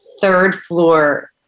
third-floor